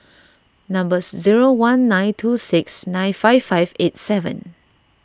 numbers zero one nine two six nine five five eight seven